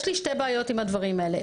יש לי שתי בעיות עם הדברים האלה.